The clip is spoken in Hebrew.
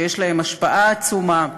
שיש להם השפעה עצומה,